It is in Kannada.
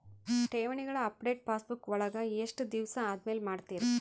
ಠೇವಣಿಗಳ ಅಪಡೆಟ ಪಾಸ್ಬುಕ್ ವಳಗ ಎಷ್ಟ ದಿವಸ ಆದಮೇಲೆ ಮಾಡ್ತಿರ್?